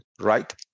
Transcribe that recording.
right